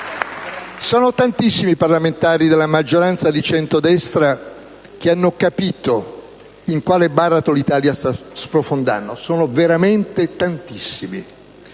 Sono tantissimi i parlamentari della maggioranza di centrodestra che hanno capito in quale baratro l'Italia sta sprofondando, sono veramente tantissimi,